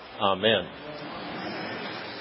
amen